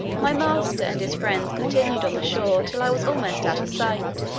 my master and his friends continued on the shore till i was almost out of sight